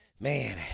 man